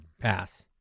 Pass